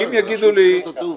זה רשות שדות התעופה.